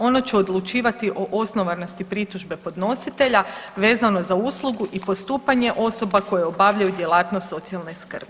Ono će odlučivati o osnovanosti pritužbe podnositelja vezano za uslugu i postupanje osoba koje obavljaju djelatnost socijalne skrbi.